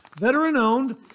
veteran-owned